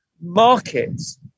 markets